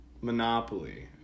monopoly